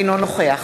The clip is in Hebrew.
אינו נוכח